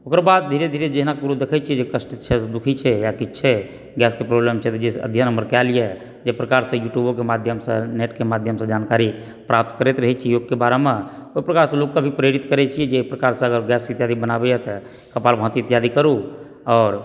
ओकर बाद धीरे धीरे जेना देखै छियै केकरो कष्ट छै या दुःखी छै या किछु छै गैस के प्रॉब्लेम छै तऽ जैसे अध्ययन हमर कयल यऽ जाहि प्रकारसँ युट्युबोके माध्यमसँ नेट के माध्यमसँ जानकारी प्राप्त करैत रहै छी योगके बारेमे ओहिप्रकारसँ लोकके भी प्रेरित करै छी जे एहि प्रकारसँ गैस इत्यादि बनाबए तऽ कपालभाती इत्यादि करु आओर